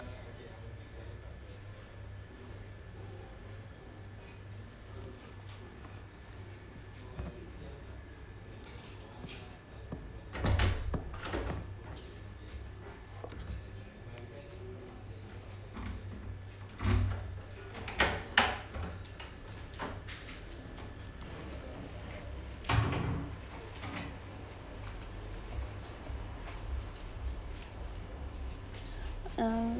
um